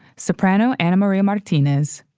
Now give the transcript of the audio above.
soprano anna maria martinez,